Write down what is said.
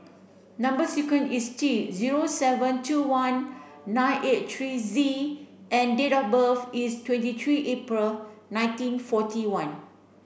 number sequence is T zero seven two one nine eight three Z and date of birth is twenty three April nineteen forty one